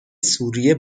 سوریه